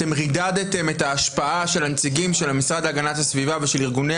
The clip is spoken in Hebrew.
אתם רידדתם את ההשפעה של הנציגים של המשרד להגנת הסביבה ושל ארגוני